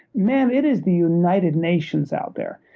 man, it is the united nations out there.